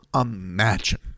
imagine